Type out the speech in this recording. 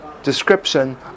description